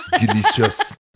Delicious